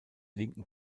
linken